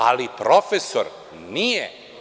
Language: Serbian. Ali, profesor nije.